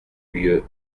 lieu